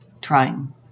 trying